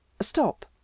Stop